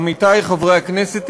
עמיתי חברי הכנסת,